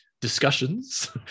discussions